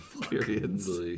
Periods